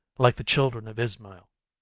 like the children of ismael,